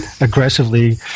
aggressively